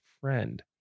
friend